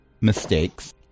mistakes